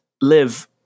live